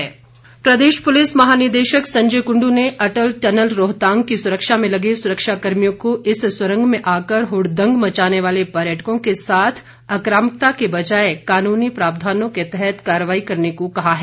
अटल tunnel प्रदेश police महानिदेशक संजय कुंडू ने अटल टनल रोहतांग की सुरक्षा में लगे सुरक्षा कर्मियों को इस सुरंग में आकर हुडदंग मचाने वाले पर्यटकों के साथ आकामकता के बजाए कानूनी प्रावधानों के तहत कारवाई करने को कहा है